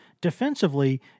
Defensively